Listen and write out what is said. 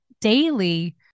daily